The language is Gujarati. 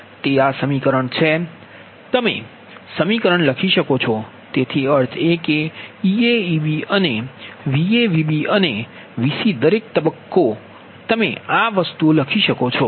તે આ સમીકરણ છે તમે સમીકરણ લખી શકો છો તેથી અર્થ એ કે Ea Eb અને Va Vb અને Vc દરેક તબક્કો તમે આ કરી શકો છો